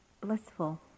blissful